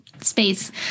space